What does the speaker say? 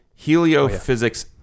Heliophysics